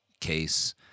case